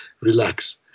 relax